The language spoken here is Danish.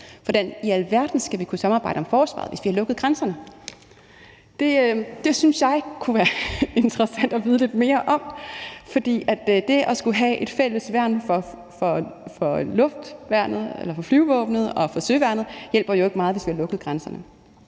hvordan i alverden skal vi kunne samarbejde om forsvaret, hvis vi har lukket grænserne? Det synes jeg kunne være interessant at vide lidt mere om. For det at skulle have et fælles værn i forhold til flyvevåbnet og søværnet hjælper jo ikke meget, hvis vi har lukket grænserne.